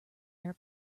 air